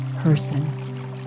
person